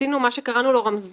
עשינו מה שקראנו לו רמזור,